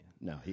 No